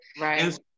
Right